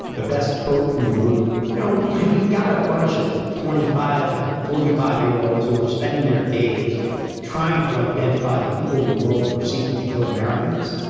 the best quote from a movie. you know, when you've got a bunch of twenty five to forty five year olds who are spending their days trying to identify the people in the world who are seeking to kill americans,